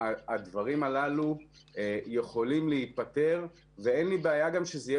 הדברים הללו יכולים להיפתר ואין לי גם בעיה שזה יהיה